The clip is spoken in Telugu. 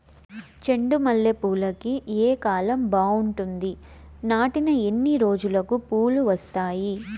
చెండు మల్లె పూలుకి ఏ కాలం బావుంటుంది? నాటిన ఎన్ని రోజులకు పూలు వస్తాయి?